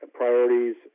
priorities